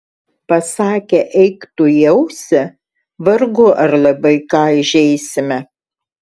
pasakę eik tu į ausį vargu ar labai ką įžeisime